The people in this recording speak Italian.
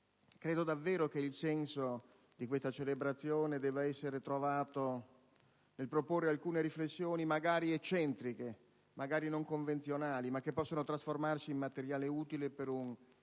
credo davvero che il senso di questa celebrazione debba essere trovato nel proporre alcune riflessioni, magari eccentriche e non convenzionali, che però possano trasformarsi in materiale utile per un